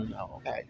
okay